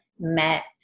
met